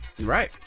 Right